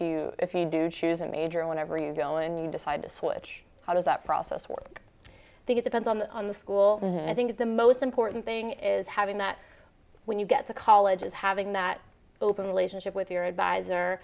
you if you do choose a major whenever you go and you decide to switch how does that process work i think it depends on the school and i think the most important thing is having that when you get to college is having that open relationship with your